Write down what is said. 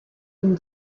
une